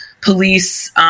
police